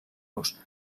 los